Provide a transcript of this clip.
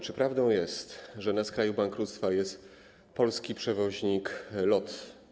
Czy prawdą jest, że na skraju bankructwa jest polski przewoźnik LOT?